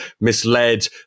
misled